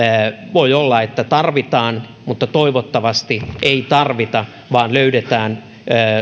voi olla että tarvitaan mutta toivottavasti ei tarvita vaan löydetään